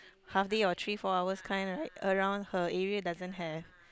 half day or three four hours kind right around her area doesn't have